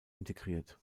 integriert